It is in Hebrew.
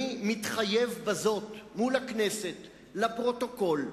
אני מתחייב בזאת מול הכנסת, לפרוטוקול,